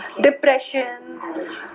Depression